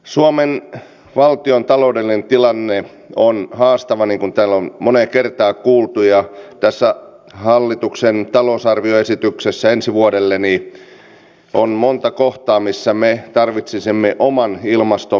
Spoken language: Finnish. suomen valtion taloudellinen tilanne on haastava niin kuin täällä on moneen kertaan kuultu ja tässä hallituksen talousarvioesityksessä ensi vuodelle on monta kohtaa missä me tarvitsisimme oman ilmastonmuutoksen